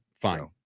Fine